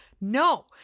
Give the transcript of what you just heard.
No